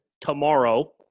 tomorrow